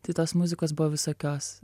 tai tos muzikos buvo visokios